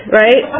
right